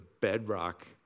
bedrock